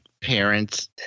parents